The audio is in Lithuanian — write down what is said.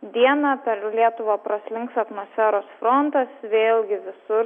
dieną per lietuvą praslinks atmosferos frontas vėlgi visur